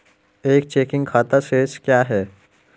एक चेकिंग खाता शेष क्या है?